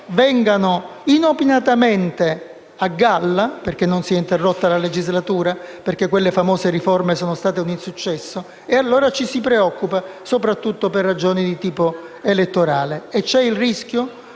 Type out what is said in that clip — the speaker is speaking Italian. vengano inopinatamente a galla, perché non si è interrotta la legislatura e perché le famose riforme sono state un insuccesso, e allora ci si preoccupa soprattutto per ragioni di tipo elettorale ed esiste il rischio